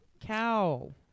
Cow